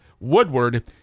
woodward